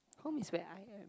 home is where I am